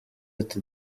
ati